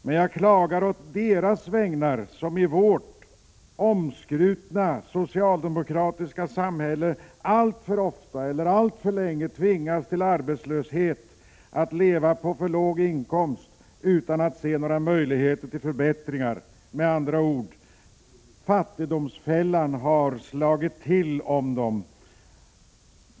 Men jag klagar å deras vägnar som i vårt omskrutna socialdemokratiska samhälle alltför ofta eller alltför länge tvingas till arbetslöshet och att leva på för låg inkomst utan att se några möjligheter till förbättringar. Med andra ord: Fattigdomsfällan har slagit till om dem.